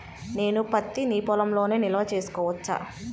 నేను పత్తి నీ పొలంలోనే నిల్వ చేసుకోవచ్చా?